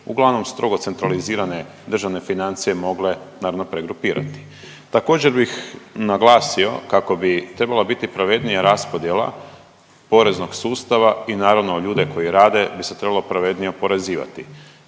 uglavnom strogo centralizirane državne financije mogle pregrupirati. Također bi naglasio kako bi trebala biti pravednija raspodjela poreznog sustava i naravno ljude koji rade bi se trebalo pravednije oporezivati.